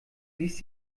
ließ